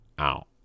Ow